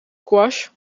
squash